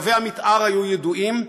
קווי המתאר היו ידועים,